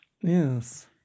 Yes